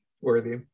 worthy